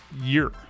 year